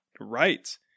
right